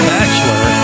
Bachelor